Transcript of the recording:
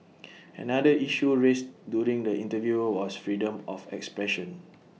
another issue raised during the interview was freedom of expression